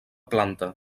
planta